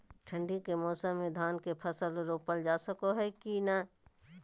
ठंडी के मौसम में धान के फसल रोपल जा सको है कि नय?